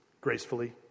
gracefully